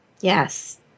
Yes